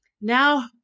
Now